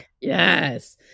Yes